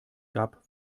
gab